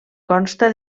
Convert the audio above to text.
consta